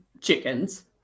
chickens